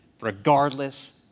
regardless